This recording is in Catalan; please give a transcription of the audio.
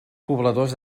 pobladors